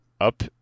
up